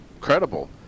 credible